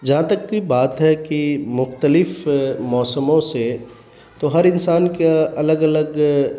جہاں تک کی بات ہے کہ مختلف موسموں سے تو ہر انسان کا الگ الگ